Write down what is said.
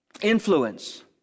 influence